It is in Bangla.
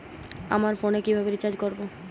আমার ফোনে কিভাবে রিচার্জ করবো?